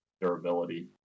durability